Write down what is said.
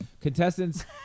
Contestants